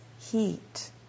heat